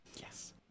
Yes